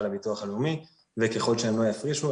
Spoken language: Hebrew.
לביטוח הלאומי וככל שהם לא יפרישו,